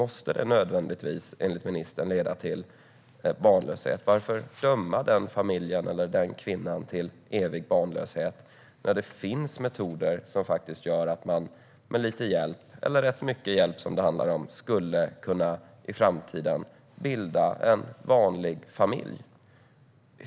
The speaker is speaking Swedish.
Måste det nödvändigtvis, enligt ministern, leda till barnlöshet? Varför döma denna familj eller denna kvinna till evig barnlöshet när det finns metoder som gör att man med lite hjälp, eller rätt mycket hjälp som det handlar om, i framtiden skulle kunna bilda en vanlig familj?